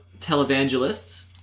televangelists